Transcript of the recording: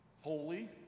holy